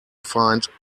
find